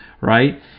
Right